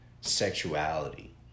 sexuality